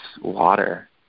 water